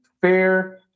fair